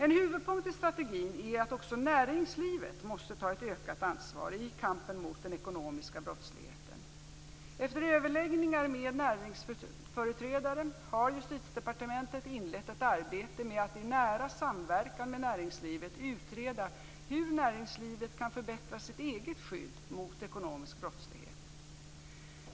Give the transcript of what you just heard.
En huvudpunkt i strategin är att också näringslivet måste ta ett ökat ansvar i kampen mot den ekonomiska brottsligheten. Efter överläggningar med näringslivsföreträdare har Justitiedepartementet inlett ett arbete med att, i nära samverkan med näringslivet, utreda hur näringslivet kan förbättra sitt eget skydd mot ekonomisk brottslighet.